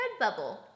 Redbubble